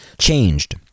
Changed